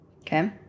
Okay